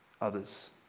others